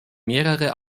mehrere